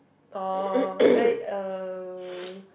orh eh uh